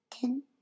Ten